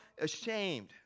ashamed